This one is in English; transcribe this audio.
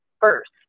first